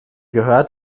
gehört